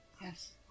Yes